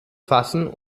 fassen